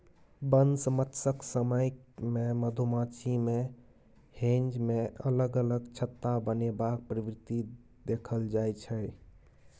बसंमतसक समय मे मधुमाछी मे हेंज मे अलग अलग छत्ता बनेबाक प्रवृति देखल जाइ छै